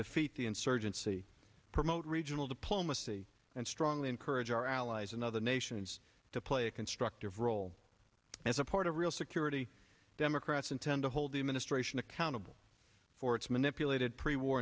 defeat the insurgency promote regional diplomacy and strongly encourage our allies and other nations to play a constructive role and support a real security democrats intend to hold the administration accountable for its manipulated pre war